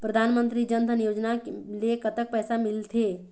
परधानमंतरी जन धन योजना ले कतक पैसा मिल थे?